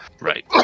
right